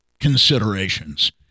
considerations